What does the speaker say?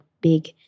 big